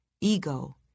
ego